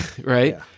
right